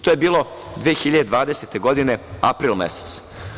To je bilo 2020. godine, april mesec.